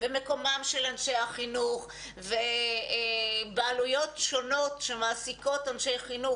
ומקומם של אנשי החינוך ובעלויות שונות שמעסיקות אנשי חינוך,